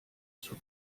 zur